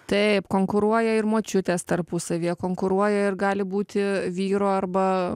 taip konkuruoja ir močiutės tarpusavyje konkuruoja ir gali būti vyru arba